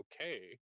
okay